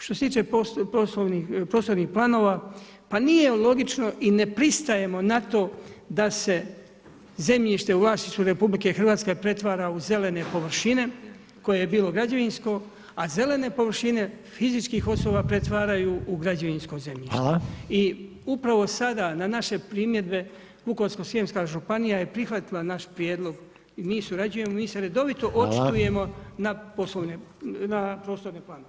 Što se tiče prostornih planova, pa nije logično i ne pristajemo na to da se zemljište u vlasništvu RH pretvara u zelene površine koje je bilo građevinsko, a zelene površine fizičkih osoba pretvaraju u građevinsko zemljište i uprava sada na naše primjedbe Vukovarsko-srijemska županija je prihvatila naš prijedlog i mi surađujemo, mi se redovito očitujemo na prostorne planove.